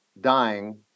dying